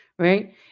Right